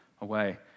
away